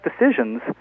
decisions